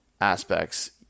aspects